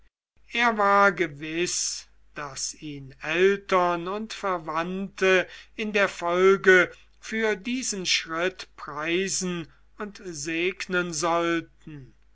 er war gewiß daß ihn eltern und verwandte in der folge für diesen schritt preisen und segnen sollten